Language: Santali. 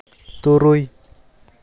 ᱛᱩᱨᱩᱭ